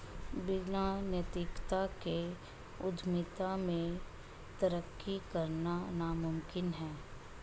बिना नैतिकता के उद्यमिता में तरक्की करना नामुमकिन है